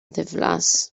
ddiflas